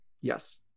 Yes